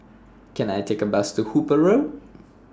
Can I Take A Bus to Hooper Road